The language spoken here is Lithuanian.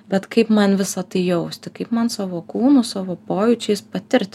bet kaip man visa tai jausti kaip man savo kūnu savo pojūčiais patirt